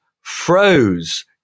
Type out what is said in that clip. froze